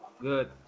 Good